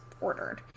ordered